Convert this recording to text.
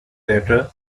later